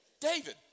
David